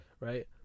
Right